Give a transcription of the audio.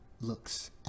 looks